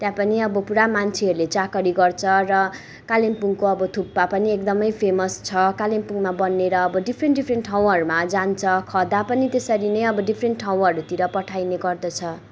त्यहाँ पनि अब पुरा मान्छेहरूले चाकरी गर्छ र कालिम्पोङको अब थुक्पा पनि एकदमै फेमस छ कालिम्पोङमा बनिएर अब डिफरेन्ट डिफरेन्ट ठाउँहरूमा जान्छ खदा पनि त्यसरी नै अब डिफरेन्ट ठाउँहरूतिर पठाइने गर्दछ